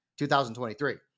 2023